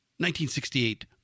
1968